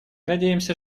надеемся